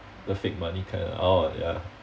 the fake money kind oh ya